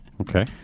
okay